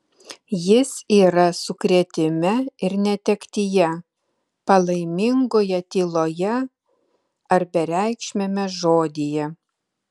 jis yra sukrėtime ir netektyje palaimingoje tyloje ar bereikšmiame žodyje